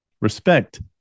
respect